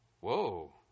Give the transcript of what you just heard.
Whoa